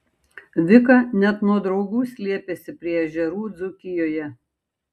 vika net nuo draugų slėpėsi prie ežerų dzūkijoje